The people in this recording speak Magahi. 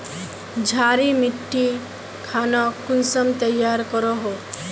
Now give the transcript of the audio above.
क्षारी मिट्टी खानोक कुंसम तैयार करोहो?